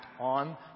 on